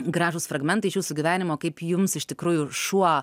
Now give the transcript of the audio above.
gražūs fragmentai iš jūsų gyvenimo kaip jums iš tikrųjų šuo